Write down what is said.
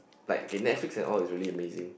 like K Netflix and all is really amazing